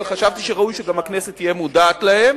אבל חשבתי שראוי שגם הכנסת תהיה מודעת להן,